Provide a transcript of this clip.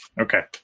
Okay